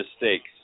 mistakes